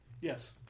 yes